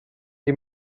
die